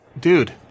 dude